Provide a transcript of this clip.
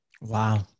Wow